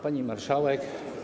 Pani Marszałek!